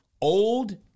old